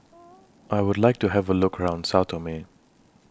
I Would like to Have A Look around Sao Tome